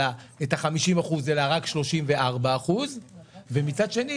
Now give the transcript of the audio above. אלא את ה-50 אחוז אלא רק 34 אחוז ומצד שני